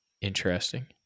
Interesting